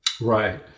Right